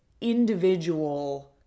individual